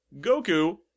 Goku